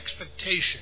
expectation